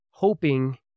hoping